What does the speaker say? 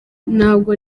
ntabwo